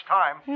time